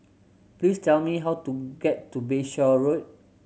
please tell me how to get to Bayshore Road